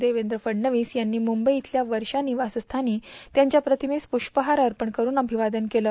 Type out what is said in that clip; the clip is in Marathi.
देवेंद्र फडणवीस यांनी मुंबई इयल्या वर्षा निवासस्यानी त्यांच्या प्रतिमेस पुष्पहार अर्पण करुन अभिवादन केल